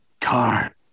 car